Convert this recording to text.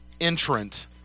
entrant